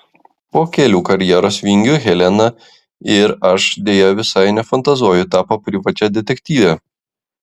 po kelių karjeros vingių helena ir aš deja visai nefantazuoju tapo privačia detektyve